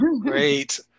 Great